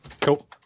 Cool